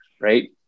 right